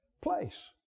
place